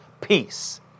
peace